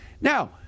Now